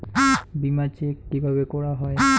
বিমা চেক কিভাবে করা হয়?